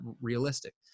realistic